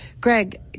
Greg